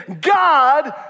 God